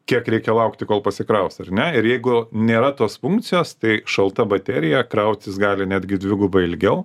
kiek reikia laukti kol pasikraus ar ne ir jeigu nėra tos funkcijos tai šalta baterija krautis gali netgi dvigubai ilgiau